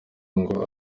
ngo